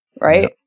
Right